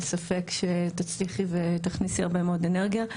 ספק שתצליחי ותכניסי הרבה מאוד אנרגיה.